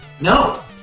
No